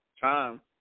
Time